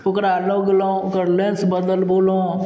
ओकरा लगेलहुॅं ओकर लेंस बदलबेलहुॅं